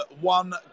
one